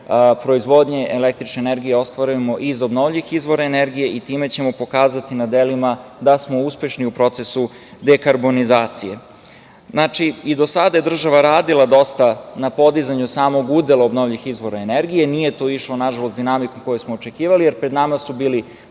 proizvodnje električne energije ostvarujemo iz obnovljivih izvora energije i time ćemo pokazati na delima da smo uspešni u procesu dekarbonizacije. Znači, do sada je država radila dosta na podizanju samog udela obnovljivih izvora energije. Nije to išlo nažalost dinamikom koju smo očekivali, jer pred nama su bili